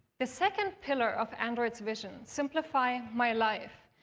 the second pillar of android's vision, simplify my life,